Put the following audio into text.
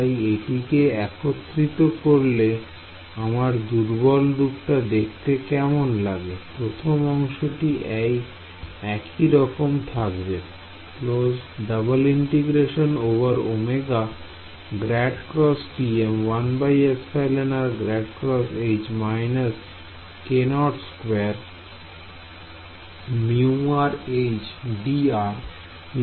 তাই এটিকে একত্রিত করলে আমার দুর্বল রূপটা দেখতে কেমন লাগে প্রথম অংশটি একই রকম থাকবে